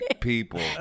people